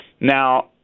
Now